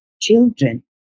children